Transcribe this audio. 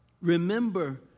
Remember